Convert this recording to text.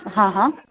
હા હા